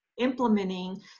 implementing